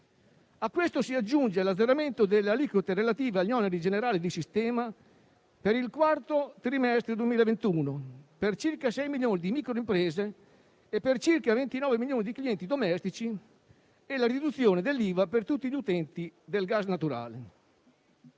A ciò si aggiungono l'azzeramento delle aliquote relative agli oneri generali di sistema per il quarto trimestre 2021 per circa 6 milioni di microimprese e circa 29 milioni di clienti domestici, nonché la riduzione dell'IVA per tutti gli utenti del gas naturale.